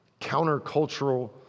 countercultural